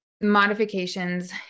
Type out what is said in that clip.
modifications